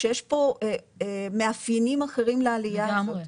שיש פה מאפיינים אחרים לעלייה הזאת.